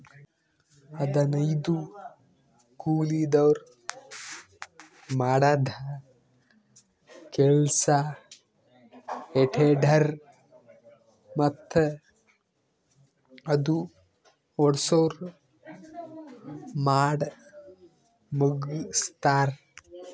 ಹದನೈದು ಕೂಲಿದವ್ರ್ ಮಾಡದ್ದ್ ಕೆಲ್ಸಾ ಹೆ ಟೆಡ್ಡರ್ ಮತ್ತ್ ಅದು ಓಡ್ಸವ್ರು ಮಾಡಮುಗಸ್ತಾರ್